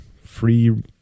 free